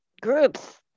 groups